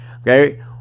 Okay